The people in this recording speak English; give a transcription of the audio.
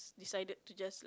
decided to just like